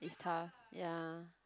tough ya